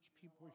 people